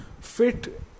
fit